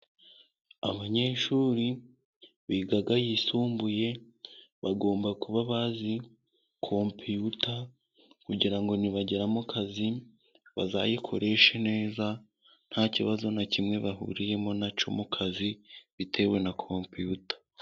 Abanyeshuri biga ayisumbuye bagomba kuba bazi kompiyuta, kugira ngo nibagera mu kazi bazayikoreshe neza nta kibazo na kimwe bahuriyemo na cyo mu kazi, bitewe na kompiyuta.